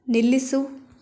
ನಿಲ್ಲಿಸು